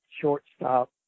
shortstop